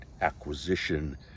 acquisition